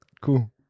Cool